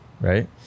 right